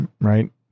right